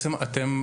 למעשה,